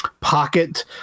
pocket